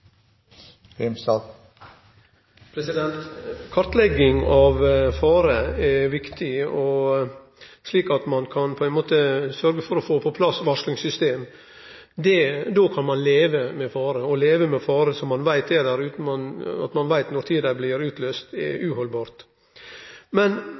replikkordskifte. Kartlegging av fare er viktig, slik at ein kan sørgje for å få på plass varslingssystem. Då kan ein leve med fare. Å leve med fare som ein veit er der, utan at ein veit kva tid han blir utløyst, er uhaldbart. Men